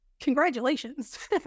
congratulations